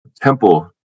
temple